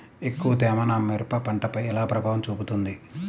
ఎక్కువ తేమ నా మిరప పంటపై ఎలా ప్రభావం చూపుతుంది?